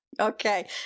okay